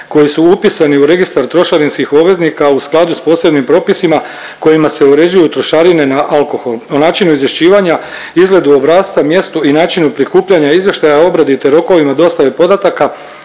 koji su upisani u registar trošarinskih obveznika u skladu sa posebnim propisima kojima se uređuju trošarine na alkohol, o načinu izvješćivanja, izgledu obrasca, mjestu i načinu prikupljanja izvještaja, obradi te rokovima dostave podataka